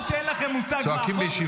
או שאין לכם מושג מהחוק,